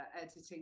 editing